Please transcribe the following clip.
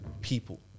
people